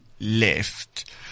left